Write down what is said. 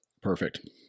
Perfect